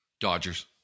Dodgers